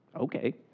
okay